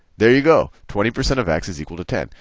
there you go. twenty percent of x is equal to ten.